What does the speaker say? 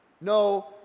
No